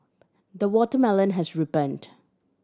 the watermelon has ripened